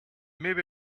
maybe